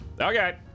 Okay